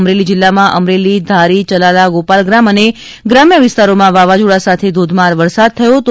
અમરેલી જિલ્લામાં અમરેલી ધારી ચલાલા ગોપાલગ્રામ અને ગ્રામ્ય વિસ્તારોમાં વાવાઝોડા સાથે ધોધમાર વરસાદ થયો હતો